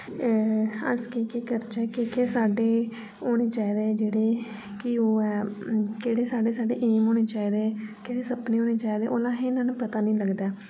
अस केह् केह् करचै केह् केह् साढ़े होना चाहिदा जेह्ड़े कि ओह् ऐ जेह्ड़े साढ़े साढ़े एम होने चाहिदे केह्ड़े सपने होने चाहिदे औह्ले सेई इन्ना पता निं लगदा ऐ